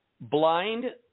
blind